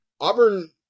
Auburn